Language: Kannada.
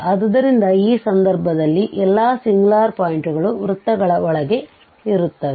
ಆದ್ದರಿಂದ ಈ ಸಂದರ್ಭದಲ್ಲಿ ಎಲ್ಲ ಸಿಂಗುಲಾರ್ ಪಾಯಿಂಟ್ ಗಳು ವೃತ್ತಗಳ ಒಳಗೆ ಇರುತ್ತವೆ